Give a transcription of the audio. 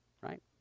right